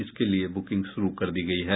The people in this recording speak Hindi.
इसके लिए बुकिंग शुरू कर दी गयी है